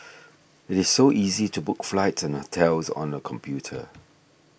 it is so easy to book flights and hotels on the computer